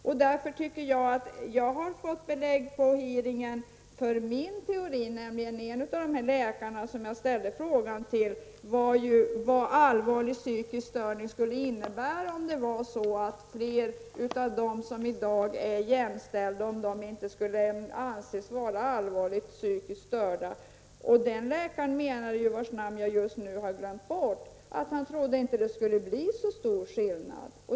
Vid hearingen har jag fått belägg för min teori. Jag frågade en läkare vad allvarlig psykisk störning skulle innebära -- om fler av dem som i dag är jämställda inte skulle anses vara allvarligt psykiskt störda. Den läkaren, vars namn jag just nu har glömt bort, trodde inte att det skulle bli så stor skillnad.